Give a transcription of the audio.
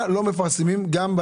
לפי